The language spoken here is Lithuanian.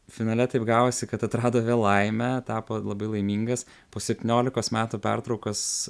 finale taip gavosi kad atrado vėl laimę tapo labai laimingas po septyniolikos metų pertraukos